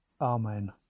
Amen